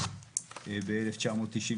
שהייתה ב-1995,